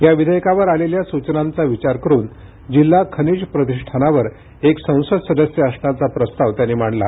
या विधेयकावर आलेल्या सूचनांचा विचार करुन जिल्हा खनिज प्रतिष्ठानावर एक संसद सदस्य असण्याचा प्रस्ताव त्यांनी मांडला